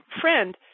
friend